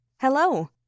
Hello